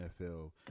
NFL